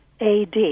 AD